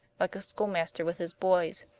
like a schoolmaster with his boys.